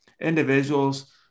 individuals